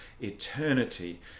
eternity